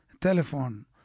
telephone